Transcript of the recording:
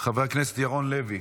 חבר הכנסת ירון לוי,